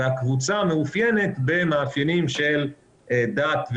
והקבוצה מאופיינת במאפיינים של דת,